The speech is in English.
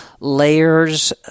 layers